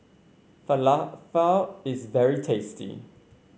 Falafel is very tasty